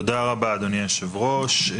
תודה רבה, אדוני היושב-ראש.